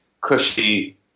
cushy